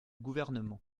gouvernement